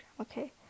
okay